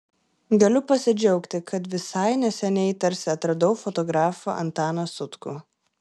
galiu pasidžiaugti kad visai neseniai tarsi atradau fotografą antaną sutkų